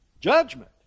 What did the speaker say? Judgment